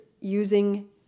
using